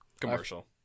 Commercial